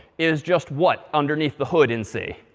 is just what, underneath the hood in c?